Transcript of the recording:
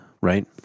right